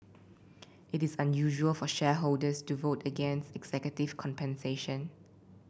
it is unusual for shareholders to vote against executive compensation